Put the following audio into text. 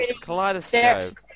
Kaleidoscope